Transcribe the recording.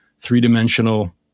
Three-dimensional